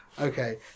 Okay